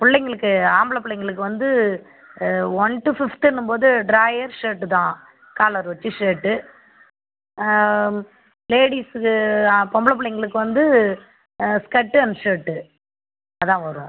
பிள்ளைகளுக்கு ஆம்பளை பிள்ளைகளுக்கு வந்து ஒன் டூ ஃபிஃப்த் என்னும்போது ட்ராயர் ஷர்ட் தான் காலர் வைத்து ஷர்ட் லேடீஸ்சுக்கு பெண்கள் பிள்ளைகளுக்கு வந்து ஸ்கர்ட் அண்ட் ஷர்ட் அதான் வரும்